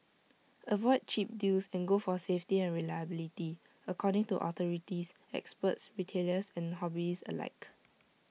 avoid cheap deals and go for safety and reliability according to authorities experts retailers and hobbyists alike